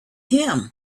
him